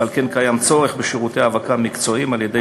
ועל כן קיים צורך בשירותי האבקה מקצועיים על-ידי